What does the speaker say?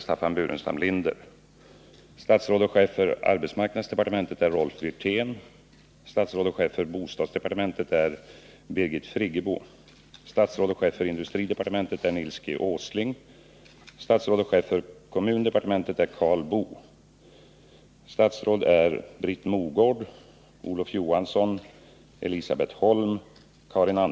Statsråd och chef för bostadsdepartementet är Birgit Friggebo. Statsråd och chef för kommundepartementet är Karl Boo.